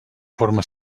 forma